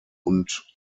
und